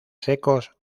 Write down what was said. secos